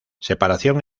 separación